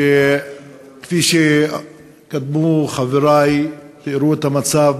כפי שחברי שקדמו לי תיארו את המצב,